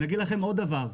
אני אגיד לכם עוד דבר.